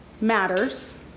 matters